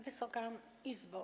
Wysoka Izbo!